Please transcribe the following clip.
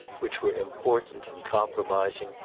which were important and compromising,